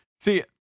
See